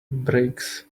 brakes